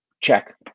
Check